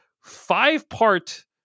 five-part